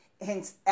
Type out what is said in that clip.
Hence